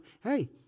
hey